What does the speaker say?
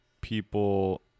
people